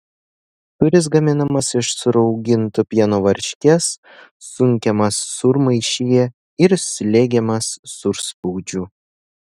sūris gaminamas iš surauginto pieno varškės sunkiamas sūrmaišyje ir slegiamas sūrspaudžiu